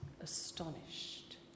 astonished